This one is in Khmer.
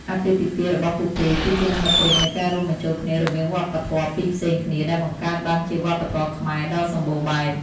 អាពាហ៍ពិពាហ៍របស់ពួកគេ គឺជានិមិត្តរូបនៃការរួមបញ្ចូលគ្នារវាងវប្បធម៌ពីរផ្សេងគ្នា ដែលបង្កើតបានជាវប្បធម៌ខ្មែរដ៏សម្បូរបែប។